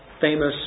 famous